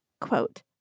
quote